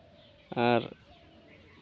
ᱟᱨ